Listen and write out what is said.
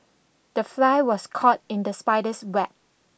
the fly was caught in the spider's web